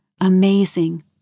Amazing